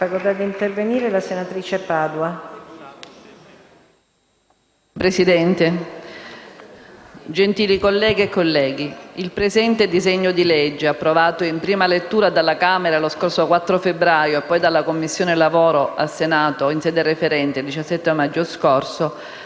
Presidente, gentili colleghe e colleghi, il presente disegno di legge, approvato in prima lettura dalla Camera lo scorso 4 febbraio e poi dalla 11a Commissione del Senato, in sede referente, il 17 maggio scorso,